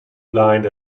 blind